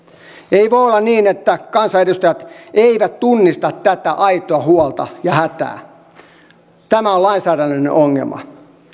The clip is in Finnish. ei voi olla niin että kansanedustajat eivät tunnista tätä aitoa huolta ja hätää tämä on lainsäädännöllinen ongelma